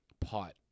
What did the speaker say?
pot